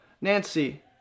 Nancy